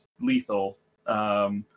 lethal